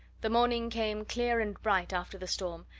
the morning came clear and bright after the storm,